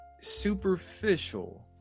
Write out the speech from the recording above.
superficial